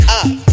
up